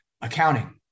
accounting